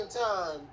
time